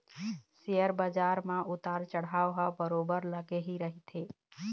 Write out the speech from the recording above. share बजार म उतार चढ़ाव ह बरोबर लगे ही रहिथे